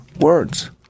words